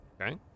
okay